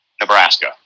Nebraska